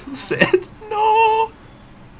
who said no